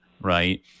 right